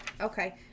Okay